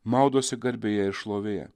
maudosi garbėje ir šlovėje